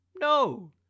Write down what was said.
No